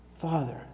Father